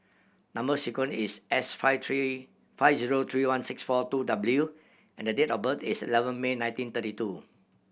number sequence is S five three five zero three one six four two W and date of birth is eleven May nineteen thirty two